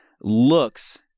looks